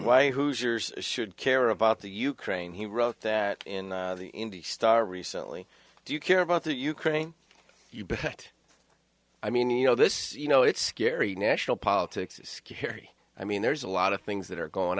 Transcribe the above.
why hoosiers should care about the ukraine he wrote that in the in the star recently do you care about the ukraine you bet i mean you know this is you know it's scary national politics scary i mean there's a lot of things that are going